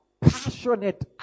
passionate